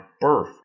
birth